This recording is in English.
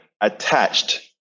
attached